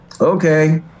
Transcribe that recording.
okay